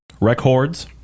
records